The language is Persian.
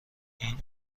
این